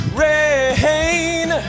rain